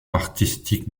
artistique